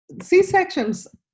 C-sections